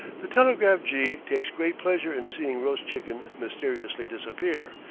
the telegraph-jee takes great pleasure in seeing roast chicken mysteriously disappear,